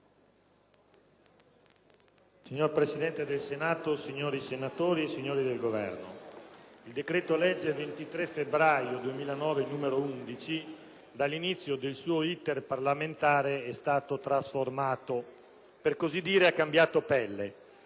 Signora Presidente del Senato, signori senatori, signori del Governo, il decreto-legge 23 febbraio 2009, n. 11, dall'inizio del suo *iter* parlamentare è stato trasformato e, per così dire, ha cambiato pelle.